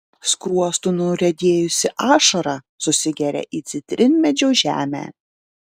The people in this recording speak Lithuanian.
skruostu nuriedėjusi ašara susigeria į citrinmedžio žemę